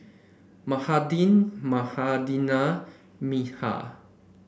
Mahade Manindra Milkha